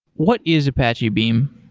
what is apache beam?